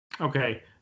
okay